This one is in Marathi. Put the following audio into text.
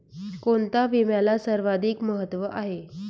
कोणता विम्याला सर्वाधिक महत्व आहे?